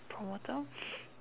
promoter